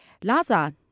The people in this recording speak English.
Laza